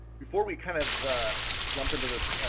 before we kind of jump into this